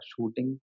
shooting